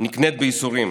נקנית בייסורים",